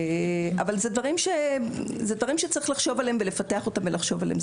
אלה דברים שצריך לפתח אותם ולחשוב עליהם.